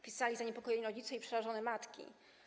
Pisali je i zaniepokojeni rodzice, i przerażone matki.